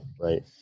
right